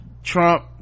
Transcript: trump